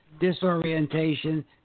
disorientation